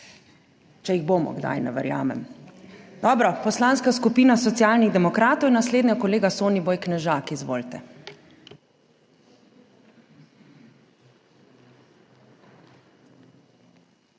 če jih bomo kdaj, ne verjamem. Poslanska skupina Socialnih demokratov je naslednja, kolega Soniboj Knežak. Izvolite.